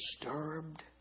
disturbed